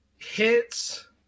hits